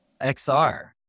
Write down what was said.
XR